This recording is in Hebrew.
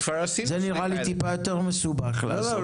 זה נראה לי טיפה יותר מסובך לעשות.